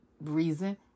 reason